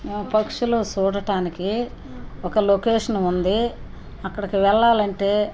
మేము పక్షులు చూడటానికి ఒక లొకేషన్ ఉంది అక్కడికి వెళ్ళాలంటే